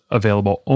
available